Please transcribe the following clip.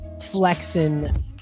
flexing